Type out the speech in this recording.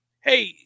hey